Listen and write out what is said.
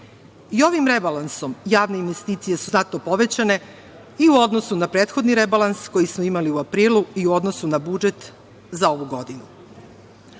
I ovim rebalansom javne investicije su znatno povećane i u odnosu na prethodni rebalans koji smo imali u aprilu i u odnosu na budžet za ovu godinu. Ono